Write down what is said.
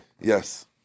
Yes